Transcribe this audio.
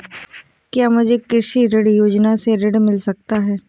क्या मुझे कृषि ऋण योजना से ऋण मिल सकता है?